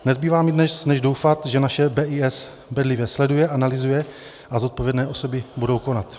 Nezbývá mi než doufat, že naše BIS bedlivě sleduje, analyzuje, a zodpovědné osoby budou konat.